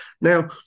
Now